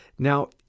Now